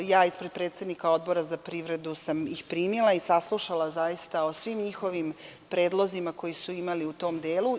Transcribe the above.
Ispred predsednika Odbora za privredu sam ih primila i saslušala ih o svim njihovim predlozima koje su imali u tom delu.